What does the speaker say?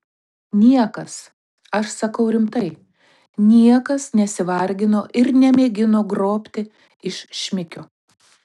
niekas aš sakau rimtai niekas nesivargino ir nemėgino grobti iš šmikio